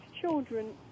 children